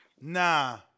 Nah